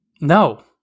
No